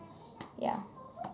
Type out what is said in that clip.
ya